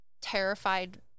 terrified